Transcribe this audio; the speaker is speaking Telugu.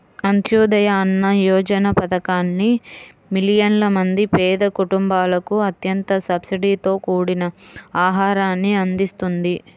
అంత్యోదయ అన్న యోజన పథకాన్ని మిలియన్ల మంది పేద కుటుంబాలకు అత్యంత సబ్సిడీతో కూడిన ఆహారాన్ని అందిస్తుంది